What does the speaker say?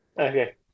Okay